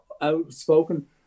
outspoken